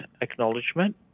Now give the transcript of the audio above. acknowledgement